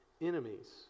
enemies